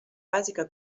bàsica